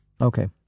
Okay